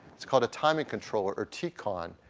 it's called a timing controller or tcon.